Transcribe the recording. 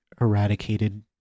eradicated